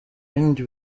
bindi